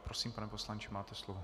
Prosím, pane poslanče, máte slovo.